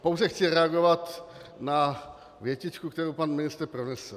Pouze chci reagovat na větičku, kterou pan ministr pronesl.